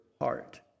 heart